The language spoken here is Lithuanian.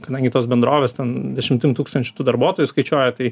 kadangi tos bendrovės ten dešimtim tūkstančių tų darbuotojų skaičiuoja tai